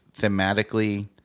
thematically –